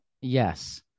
yes